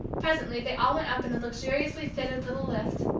presently they all went up in a luxuriously fitted little lift,